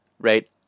right